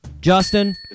Justin